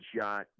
shot